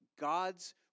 God's